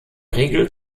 regel